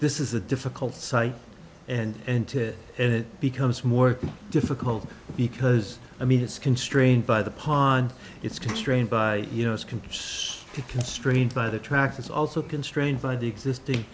is is a difficult site and it becomes more difficult because i mean it's constrained by the pond it's constrained by you know it's competes constrained by the track it's also constrained by the existing